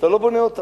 שאתה לא בונה אותה.